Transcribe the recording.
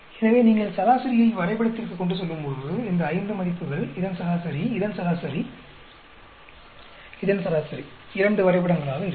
எனவே நீங்கள் சராசரியை வரைபடத்திற்கு கொண்டுசெல்லும்போது இந்த ஐந்து மதிப்புகள் இதன் சராசரி இதன் சராசரி இதன் சராசரி இரண்டு வரைபடங்களாக இருக்கும்